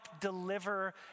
deliver